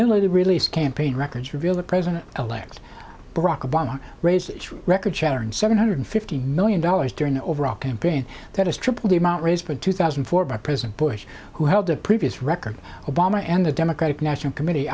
newly released campaign records reveal that president elect barack obama raised its record shattering seven hundred fifty million dollars during the overall campaign that is triple the amount raised for two thousand and four by president bush who held the previous record obama and the democratic national committee